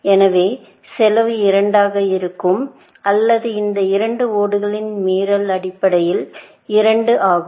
எனவே செலவு 2 ஆக இருக்கும் அல்லது இந்த இரண்டு ஓடுகளின் மீறல் அடிப்படையில் இரண்டு ஆகும்